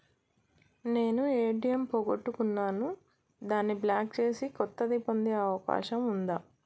నేను ఏ.టి.ఎం పోగొట్టుకున్నాను దాన్ని బ్లాక్ చేసి కొత్తది పొందే అవకాశం ఉందా?